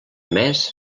més